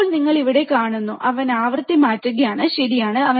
ഇപ്പോൾ നിങ്ങൾ ഇവിടെ കാണുന്നു അവൻ ആവൃത്തി മാറ്റുകയാണ് ശരിയാണ്